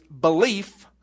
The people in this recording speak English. belief